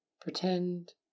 pretend